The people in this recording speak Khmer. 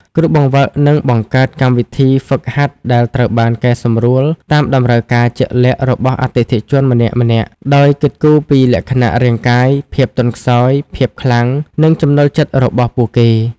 គ្រូបង្វឹកនឹងបង្កើតកម្មវិធីហ្វឹកហាត់ដែលត្រូវបានកែសម្រួលតាមតម្រូវការជាក់លាក់របស់អតិថិជនម្នាក់ៗ ដោយគិតគូរពីលក្ខណៈរាងកាយ ភាពទន់ខ្សោយ ភាពខ្លាំង និងចំណូលចិត្តរបស់ពួកគេ។